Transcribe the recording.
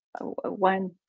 one